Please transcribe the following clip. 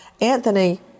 Anthony